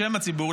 בשם הציבור,